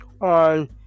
on